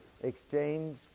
exchange